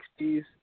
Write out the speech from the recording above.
60s